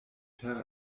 per